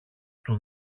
του